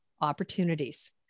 opportunities